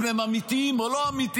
אם הם אמיתיים או לא אמיתיים.